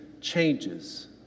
changes